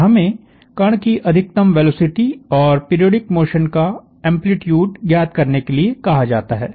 और हमें कण की अधिकतम वेलोसिटी और पीरियोडिक मोशन का एम्पलीट्यूड ज्ञात करने के लिए कहा जाता है